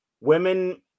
women